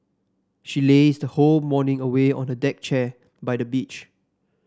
she lazed the whole morning away on the deck chair by the beach